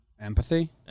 Empathy